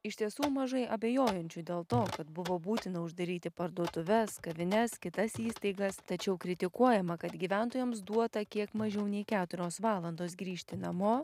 iš tiesų mažai abejojančių dėl to kad buvo būtina uždaryti parduotuves kavines kitas įstaigas tačiau kritikuojama kad gyventojams duota kiek mažiau nei keturios valandos grįžti namo